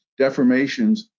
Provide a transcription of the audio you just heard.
deformations